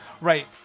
right